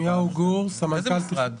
איזה משרד?